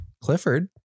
Clifford